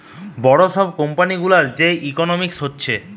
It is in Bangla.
বড় সব কোম্পানি গুলার যে ইকোনোমিক্স হতিছে